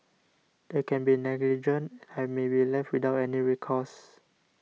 they can be negligent and may be left without any recourse